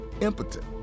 impotent